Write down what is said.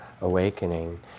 awakening